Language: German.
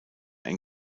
ein